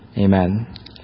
Amen